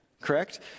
correct